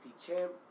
champ